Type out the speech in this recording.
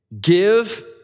give